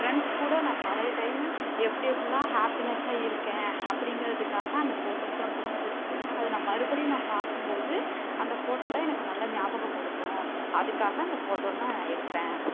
friends கூட நான் பழைய டைமு எப்படி எப்படிலாம் ஹாப்பினெஸ்ஸாக இருக்கேன் அப்படிங்கிறதுக்காக அந்த ஃபோட்டோஸ்லாம் பிடிச்சி வச்சுக்குவேன் அதை நான் மறுபடியும் நான் பார்க்கும் போது அந்த ஃபோட்டோ எல்லாம் எனக்கு நல்ல ஞாபகப்படுத்தும் அதுக்காக அந்த ஃபோட்டோ எல்லாம் எடுப்பேன்